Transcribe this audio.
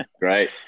Great